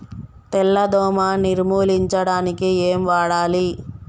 తెల్ల దోమ నిర్ములించడానికి ఏం వాడాలి?